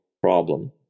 problem